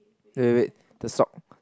wait wait wait the sock